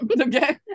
Okay